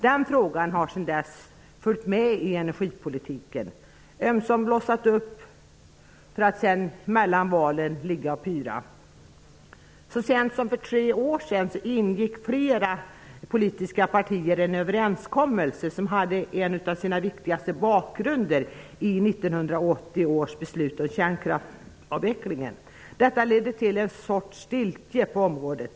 Den frågan har sedan dess följt med i energipolitiken, där den ömsom har blossat upp, ömsom legat och pyrt mellan valen. Så sent som för tre år sedan ingick flera politiska partier en överenskommelse som hade en av sina viktigaste bevekelsegrunder i 1980 års beslut om kärnkraftsavvecklingen. Detta ledde till en sorts stiltje på området.